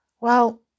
Well